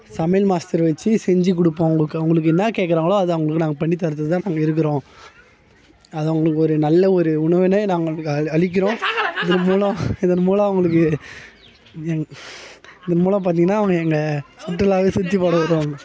சமையல் மாஸ்டர் வச்சு செஞ்சி கொடுப்போம் அவங்களுக்கு அவங்களுக்கு என்ன கேட்குறாங்களோ அதை அவங்களுக்கு நாங்கள் பண்ணித்தரத்துக்கு தான் நாங்கள் இருக்கிறோம் அது அவங்களுக்கு ஒரு நல்ல ஒரு உணவினை நாங்கள் அளி அளிக்கிறோம் இதன் மூலம் இதன் மூலம் அவங்களுக்கு ஏன் இதன் மூலம் பார்த்திங்கனா அவங்க எங்கள் சுற்றுலாவே சுற்றி பார்க்க வருவாங்க